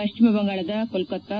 ಪಶ್ಚಿಮ ಬಂಗಾಳದ ಕೊಲ್ಕೊತ್ತಾ